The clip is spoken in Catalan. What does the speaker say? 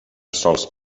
sòls